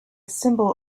symbol